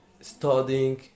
studying